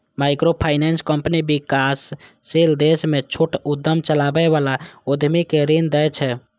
microfinance company विकासशील देश मे छोट उद्यम चलबै बला उद्यमी कें ऋण दै छै